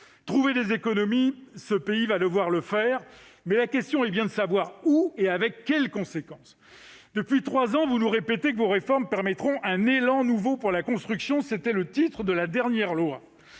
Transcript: Trouver des économies : ce pays va devoir le faire. Mais la question est bien de savoir où et avec quelles conséquences ! Depuis trois ans, vous nous répétez que vos réformes permettront un « Élan » nouveau pour la construction, selon le titre de la dernière loi.